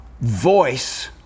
voice